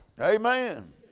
Amen